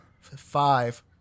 Five